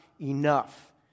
enough